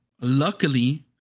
Luckily